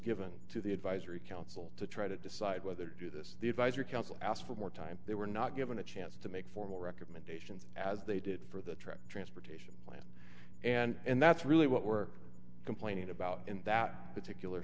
given to the advisory council to try to decide whether to do this the advisory council asked for more time they were not given a chance to make formal recommendations as they did for the truck transportation and that's really what we're complaining about in that particular